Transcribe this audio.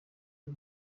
y’u